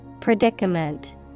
Predicament